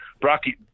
Brocky